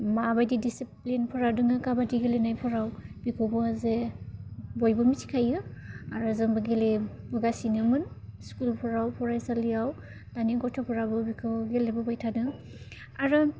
मा बायदि डिसिप्लिनफोरा दङ काबादि गेलेनायफोराव बेखौबो जे बयबो मिथिखायो आरो जोंबो गेलेबोगासिनोमोन स्कुलफ्राव फरायसालियाव दानि गथ'फोराबो बेखौ गेलेबोबाय थादों आरो